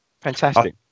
fantastic